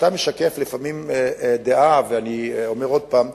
אתה משקף לפעמים דעה, ואני אומר עוד פעם,